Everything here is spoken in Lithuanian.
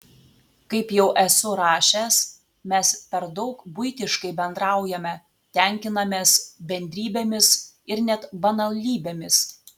kaip jau esu rašęs mes per daug buitiškai bendraujame tenkinamės bendrybėmis ir net banalybėmis